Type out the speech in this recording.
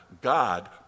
God